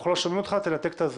אנחנו לא שומעים אותך, אדוני.